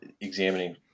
examining